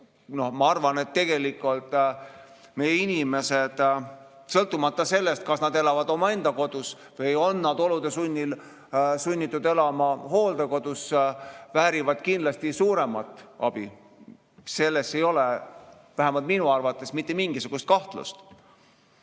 Ma arvan, et tegelikult meie inimesed, sõltumata sellest, kas nad elavad omaenda kodus või elavad nad olude sunnil hooldekodus, väärivad kindlasti suuremat abi. Selles ei ole vähemalt minu arvates mitte mingisugust kahtlust.